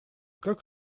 как